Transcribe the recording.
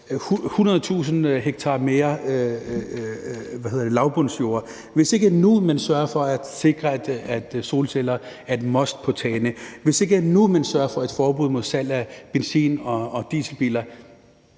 100.000 ha lavbundsjorder mere nu, hvis ikke man sørger for at sikre, at solceller er et must på tagene nu, hvis ikke man sørger for forbud mod salg af benzin- og dieselbiler